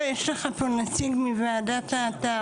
לא, יש לך פה נציג מוועדת התעריפים.